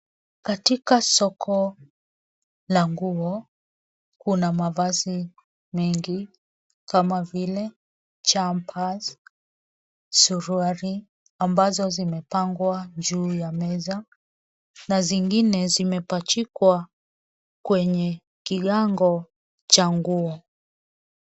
Katika soko la nguo kuna mavazi mengi kama vile jampas, suruali, ambazo zimepangwa juu ya meza na zingine zimepachikwa kwenye kiango cha nguo.